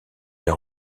les